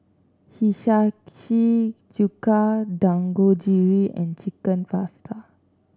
Hiyashi Chuka Dangojiru and Chicken Pasta